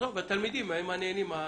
והתלמידים הם הנהנים.